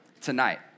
tonight